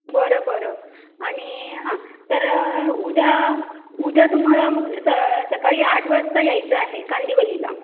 बरं बरं आणि हां तर उद्या उद्या तुम्हाला मग सं सकाळी आठ वाजता यायचं आहे कांदिवलीला